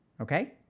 Okay